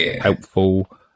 helpful